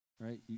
right